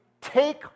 take